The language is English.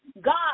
God